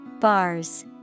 Bars